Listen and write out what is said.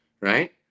right